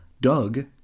Doug